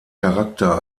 charakter